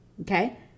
okay